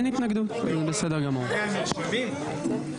בסדר.